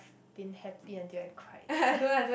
been happy until I cried